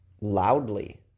Loudly